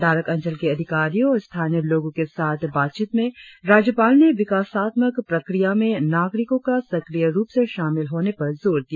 दारक अंचल के अधिकारियों और स्थानीय लोगों के साथ बातचीत में राज्यपाल ने विकासात्मक प्रक्रिया में नागरिकों को सक्रिय रुप से शामिल होने पर जोर दिया